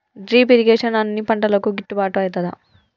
Drip irrigation అన్ని పంటలకు గిట్టుబాటు ఐతదా?